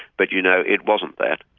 but, you know, it wasn't that.